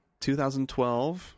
2012-